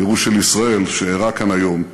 הגירוש של ישראל, שאירע כאן היום,